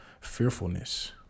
fearfulness